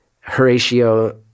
Horatio